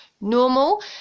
normal